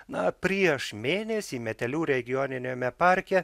na prieš mėnesį metelių regioniniame parke